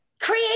Create